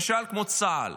כמו צה"ל?